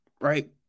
right